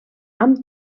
amb